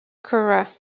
kura